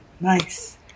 Nice